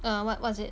what was it